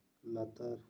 ᱞᱟᱛᱟᱨ